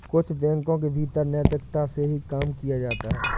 कुछ बैंकों के भीतर नैतिकता से ही काम किया जाता है